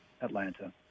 Atlanta